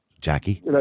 Jackie